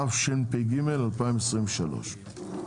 התשפ"ג-2023.